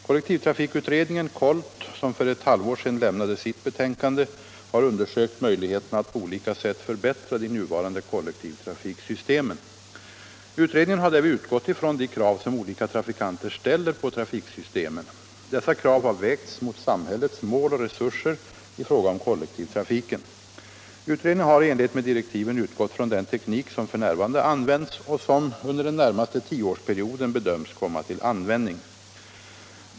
Kollektivtrafikutredningen - som för ett halvår sedan lämnade sitt betänkande — har undersökt möjligheterna att på olika sätt förbättra de nuvarande kollektivtrafiksystemen. Utredningen har därvid utgått från de krav som olika trafikanter ställer på trafiksystemen. Dessa krav har vägts mot samhällets mål och resurser i fråga om kollektivtrafiken. Utredningen har i enlighet med direktiven utgått från den teknik som f. n. används och som under den närmaste tioårsperioden bedöms komma till användning.